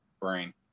brain